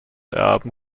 erben